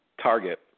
target